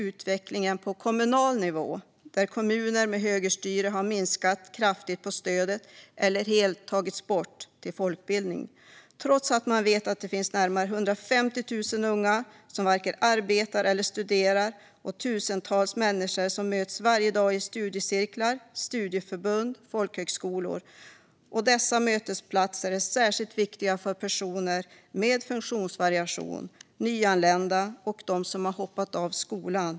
Utvecklingen på kommunal nivå oroar mig. Kommuner med högerstyre har kraftigt minskat på stödet till folkbildning eller helt tagit bort det, detta trots att man vet att det finns närmare 150 000 unga som varken arbetar eller studerar liksom tusentals människor som varje dag möts i studiecirklar, studieförbund och folkhögskolor. Dessa mötesplatser är som sagt särskilt viktiga för personer med funktionsvariation, nyanlända och de som hoppat av skolan.